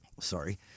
sorry